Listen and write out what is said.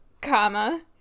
comma